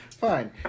fine